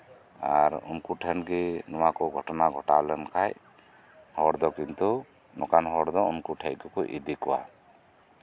ᱟᱨ ᱩᱱᱠᱩ ᱴᱷᱮᱱ ᱜᱮ ᱱᱚᱣᱟ ᱠᱚ ᱜᱷᱚᱴᱚᱱᱟ ᱜᱷᱚᱴᱟᱣ ᱞᱮᱱᱠᱷᱟᱱ ᱱᱚᱝᱠᱟᱱ ᱦᱚᱲ ᱫᱚ ᱩᱱᱠᱩ ᱴᱷᱮᱱ ᱜᱮᱠᱚ ᱤᱫᱤ ᱠᱚᱣᱟ